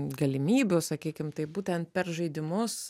galimybių sakykim taip būtent per žaidimus